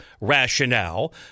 rationale